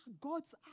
God's